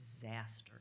disaster